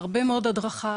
הרבה מאוד הדרכה.